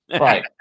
Right